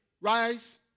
rise